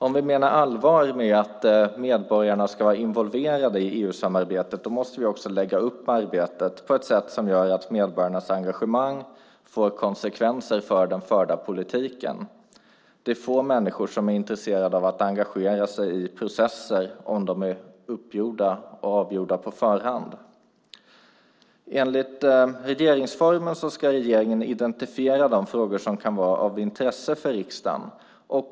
Om vi menar allvar med att medborgarna ska vara involverade i EU-samarbetet måste vi också lägga upp arbetet på ett sätt som gör att medborgarnas engagemang får konsekvenser för den förda politiken. Det är få människor som är intresserade av att engagera sig i processer om de är uppgjorda och avgjorda på förhand. Enligt regeringsformen ska regeringen identifiera de frågor som kan vara av intresse för riksdagen.